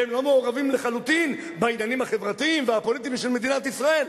והם לא מעורבים לחלוטין בעניינים החברתיים והפוליטיים של מדינת ישראל.